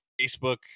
facebook